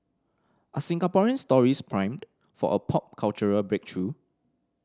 are Singaporean stories primed for a pop cultural breakthrough